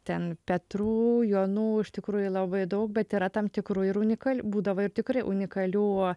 ten petrų jonų iš tikrųjų labai daug bet yra tam tikrų ir unikalių būdavo ir tikrai unikalių